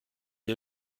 est